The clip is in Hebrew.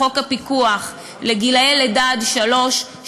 חוק הפיקוח לגילאי לידה עד שלוש,